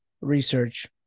research